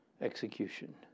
execution